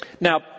Now